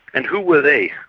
and who were they?